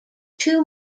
two